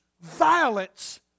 violence